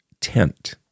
tent